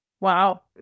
Wow